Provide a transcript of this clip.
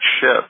ship